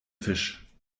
fisch